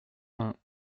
vingts